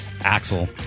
Axel